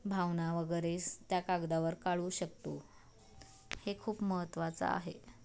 भावना वगैरे स त्या कागदावर काढू शकतो हे खूप महत्त्वाचं आहे